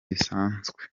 bisanzwe